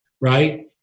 right